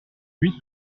huit